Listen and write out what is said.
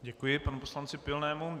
Děkuji panu poslanci Pilnému.